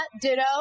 Ditto